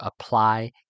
apply